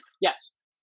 Yes